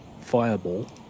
fireball